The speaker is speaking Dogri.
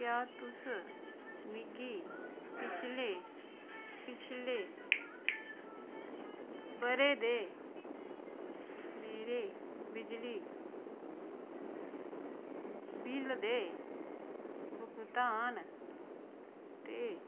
क्या तुस मिगी पिछले पिछले ब'रे दे मेरे बिजली बिल दे भुगतान ते